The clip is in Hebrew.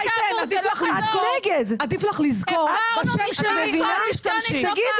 רייטן, עדיף לך לזכור, בשם שלי לא משתמשים.